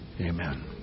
Amen